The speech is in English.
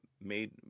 made